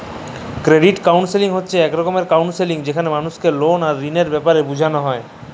credit counselling হছে ইক রকমের কাউলসেলিংযেখালে মালুসকে লল আর ঋলের ব্যাপারে বুঝাল হ্যয়